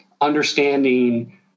understanding